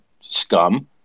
scum